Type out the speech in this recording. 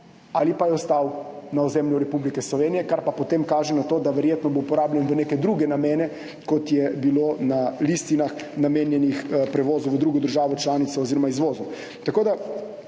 ali pa je ostal na ozemlju Republike Slovenije, kar pa potem kaže na to, da bo verjetno uporabljen v neke druge namene, kot je bilo [zapisano] na listinah, namenjenih prevozu v drugo državo članico oziroma izvozu.